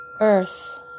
earth